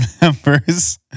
members